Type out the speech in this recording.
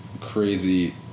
crazy